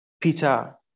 Peter